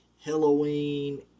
Halloween